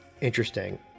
interesting